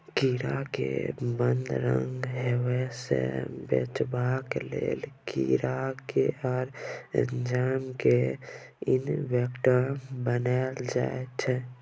कीरा केँ बदरंग हेबा सँ बचेबाक लेल कीरा केर एंजाइम केँ इनेक्टिब बनाएल जाइ छै